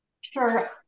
Sure